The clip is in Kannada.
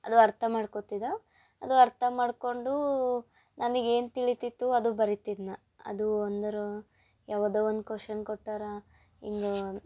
ಅದು ಅರ್ಥ ಮಾಡ್ಕೊತಿದ್ದೆ ಅದು ಅರ್ಥ ಮಾಡಿಕೊಂಡು ನನಿಗೆ ಏನು ತಿಳಿತಿತ್ತು ಅದು ಬರಿತಿದ್ನ ಅದು ಅಂದ್ರೆ ಯಾವುದೋ ಒಂದು ಕೊಷನ್ ಕೊಟ್ಟಾರೆ